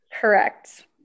correct